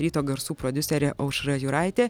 ryto garsų prodiuserė aušra jūraitė